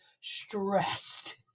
stressed